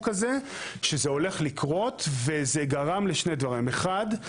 הזה שזה הולך לקרות וזה גרם לשני דברים: אחד,